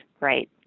right